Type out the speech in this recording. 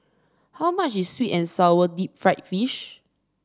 how much is sweet and sour Deep Fried Fish